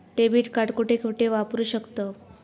Debit card कुठे कुठे वापरू शकतव?